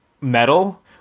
metal